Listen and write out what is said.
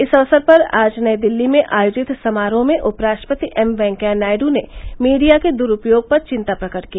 इस अवसर पर आज नई दिल्ली में आयोजित समारोह में उपराष्ट्रपति एम वेंकैया नायड् ने मीडिया के दुरूपयोग पर चिंता प्रकट की